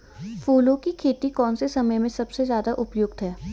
फूलों की खेती कौन से समय में सबसे ज़्यादा उपयुक्त है?